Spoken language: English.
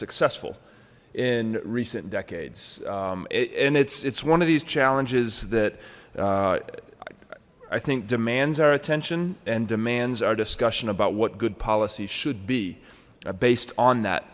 successful in recent decades and it's it's one of these challenges that i think demands our attention and demands our discussion about what good policy should be based on that